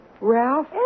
Ralph